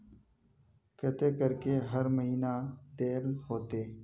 केते करके हर महीना देल होते?